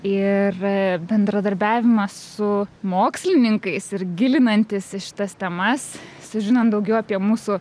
ir bendradarbiavimą su mokslininkais ir gilinantis į šitas temas sužinant daugiau apie mūsų